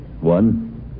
One